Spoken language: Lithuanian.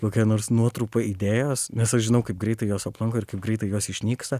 kokia nors nuotrupa idėjos nes aš žinau kaip greitai jos aplanko ir kaip greitai jos išnyksta